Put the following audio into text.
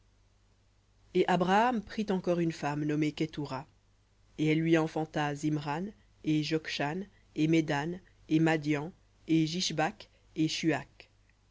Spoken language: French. et abraham prit encore une femme nommée qua et elle lui enfanta zimran et jokshan et medan et madian et jishbak et shuakh